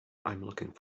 looking